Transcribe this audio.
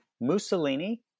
Mussolini